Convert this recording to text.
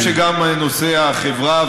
אני חושב שגם נושאי החברה,